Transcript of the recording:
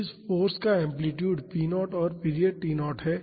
तो इस फाॅर्स का एम्पलीटूड p0 और पीरियड T0 है